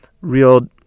real